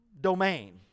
domain